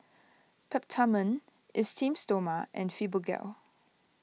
Peptamen Esteem Stoma and Fibogel